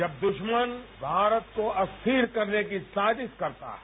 जब दुश्मन भारत को अस्थिर करने की साजिश करता है